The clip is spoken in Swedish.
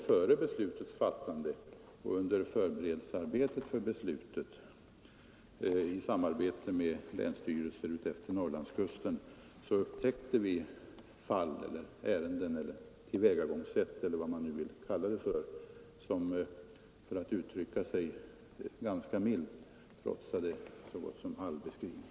Före beslutets fattande och under förberedelsearbetet för beslutet i samarbete med länsstyrelserna utefter Norrlandskusten upptäckte vi däremot fall, ärenden, tillvägagångssätt eller vad man nu vill kalla det som — för att uttrycka sig ganska milt — trotsade så gott som all beskrivning.